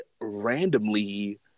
randomly